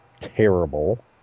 terrible